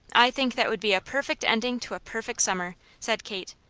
i think that would be a perfect ending to a perfect summer, said kate.